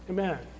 Amen